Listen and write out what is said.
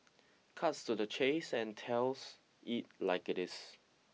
cuts to the chase and tells it like it is